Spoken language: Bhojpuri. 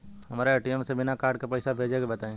हमरा ए.टी.एम से बिना कार्ड के पईसा भेजे के बताई?